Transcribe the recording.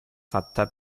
fatta